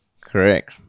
Correct